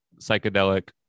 psychedelic